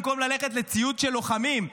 במקום ללכת לציוד של לוחמים,